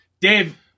Dave